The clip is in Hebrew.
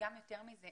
יותר מזה,